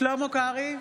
שלמה קרעי,